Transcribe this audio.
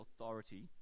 authority